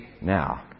now